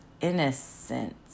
innocent